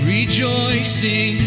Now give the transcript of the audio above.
rejoicing